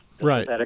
right